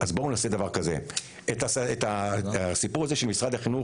אז בואו נעשה דבר כזה: הסיפור של משרד החינוך